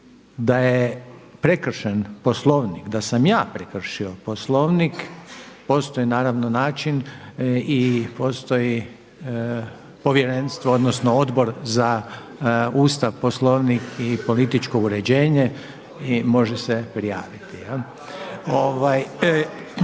da je prekršen Poslovnik, da sam ja prekršio Poslovnik postoji naravno način i postoji povjerenstvo odnosno Odbor za Ustav, Poslovnik i političko uređenje i može se prijaviti.